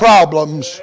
Problems